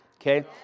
Okay